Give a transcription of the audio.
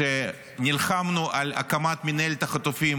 כשנלחמנו על הקמת מינהלת החטופים